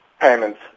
payments